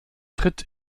tritt